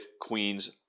Queen's